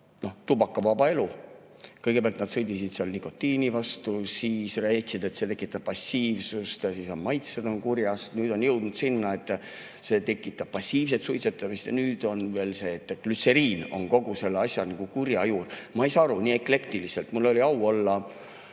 tubakavaba elu. Kõigepealt nad sõdisid seal nikotiini vastu, siis väitsid, et see tekitab passiivsust ja maitsed on kurjast, ja nüüd on jõudnud sinna, et see tekitab passiivset suitsetamist ja nüüd on veel see, et glütseriin on kogu selle asja kurja juur. Ma ei saa aru, [kõik on] nii eklektiline. Mul oli au olla